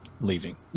leaving